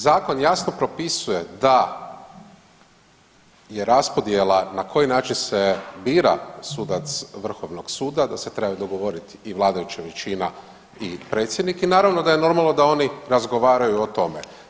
Zakon jasno propisuje da je raspodjela na koji način se bira sudac Vrhovnog suda, da se trebaju dogovoriti i vladajuća većina i predsjednik i naravno da je normalno da oni razgovaraju o tome.